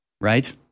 Right